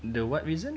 the what reason